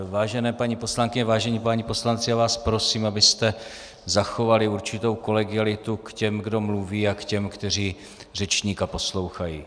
Vážené paní poslankyně, vážení páni poslanci, prosím vás, abyste zachovali určitou kolegialitu k těm, kdo mluví, a k těm, kteří řečníka poslouchají.